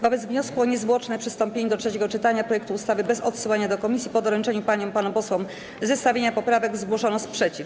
Wobec wniosku o niezwłoczne przystąpienie do trzeciego czytania projektu ustawy bez odsyłania go do komisji po doręczeniu paniom i panom posłom zestawienia poprawek zgłoszono sprzeciw.